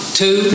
two